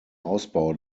ausbau